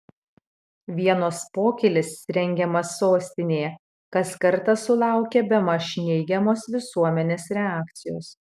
vienos pokylis rengiamas sostinėje kas kartą sulaukia bemaž neigiamos visuomenės reakcijos